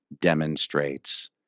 demonstrates